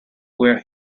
where